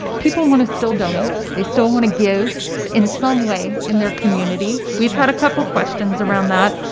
people want to still donate, they still want to give in some way in their community. we've had a couple questions around that,